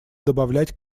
добавлять